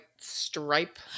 stripe